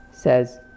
Says